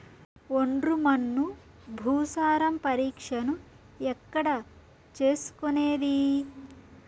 ఒండ్రు మన్ను భూసారం పరీక్షను ఎక్కడ చేసుకునేది?